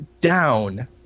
down